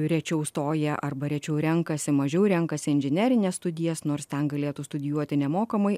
rečiau stoja arba rečiau renkasi mažiau renkasi inžinerines studijas nors ten galėtų studijuoti nemokamai